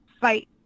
fight